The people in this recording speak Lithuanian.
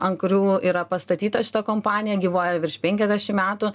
ant kurių yra pastatyta šita kompanija gyvuoja virš penkiasdešim metų